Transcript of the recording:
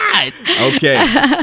Okay